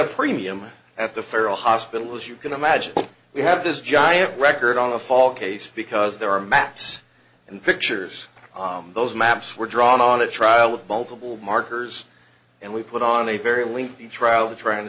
a premium at the federal hospital as you can imagine we have this giant record on a fall case because there are maps and pictures on those maps were drawn on a trial with multiple markers and we put on a very lengthy trial the trend